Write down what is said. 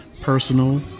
personal